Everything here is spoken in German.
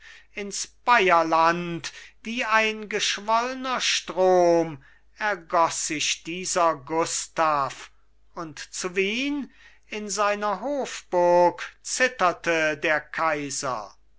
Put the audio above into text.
ins bayerland wie ein geschwollner strom ergoß sich dieser gustav und zu wien in seiner hofburg zitterte der kaiser